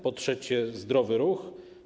Po trzecie, zdrowy ruch.